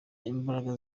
imbaraga